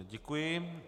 Děkuji.